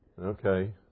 Okay